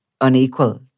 unequal